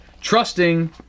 trusting